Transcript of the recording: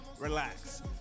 relax